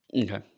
Okay